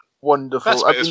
Wonderful